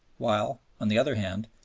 while, on the other hand,